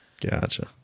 Gotcha